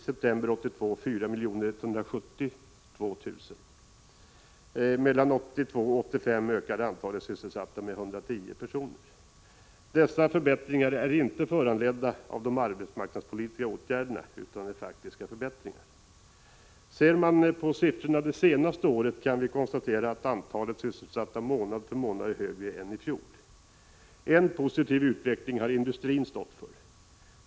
Mellan 1982 och 1985 ökade antalet sysselsatta med 110 000 personer. Dessa förbättringar är inte föranledda av de arbetsmarknadspolitiska åtgärderna utan är faktiska förbättringar. Ser man på siffrorna det senaste året kan man konstatera att antalet sysselsatta månad för månad är större i år än i fjol. En positiv utveckling har industrin stått för.